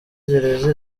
gereza